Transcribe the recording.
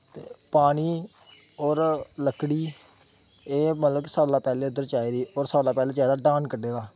पानी होर लकड़ी एह् मतलब कि सारें कोला दा पैह्लें उद्धर चाहिदी होर सारें कोला दा पैह्लें चाहिदा डहान कड्ढे दा